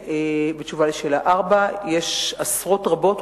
4. יש עשרות רבות,